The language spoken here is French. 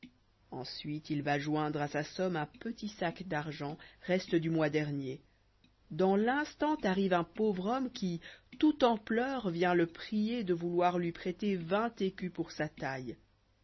ensuite il va joindre à sa somme un petit sac d'argent reste du mois dernier dans l'instant arrive un pauvre hommit qui tout en pleurs vient le prier j fables de vouloir lui prêter vingt écus pour sa taille